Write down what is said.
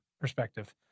perspective